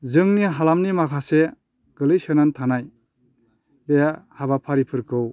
जोंनि हालामनि माखासे गोग्लैसोनानै थानाय बे हाबाफारिफोरखौ